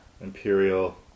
Imperial